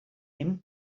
him